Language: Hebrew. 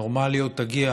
הנורמליות תגיע